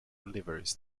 deliveries